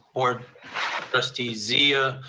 board trustee zia,